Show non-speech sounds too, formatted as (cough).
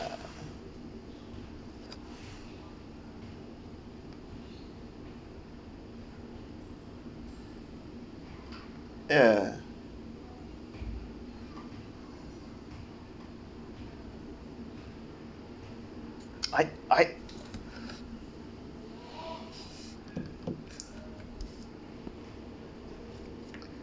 ya I I (breath)